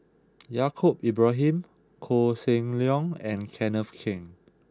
Yaacob Ibrahim Koh Seng Leong and Kenneth Keng